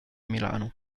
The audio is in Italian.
milano